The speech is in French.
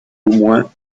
moins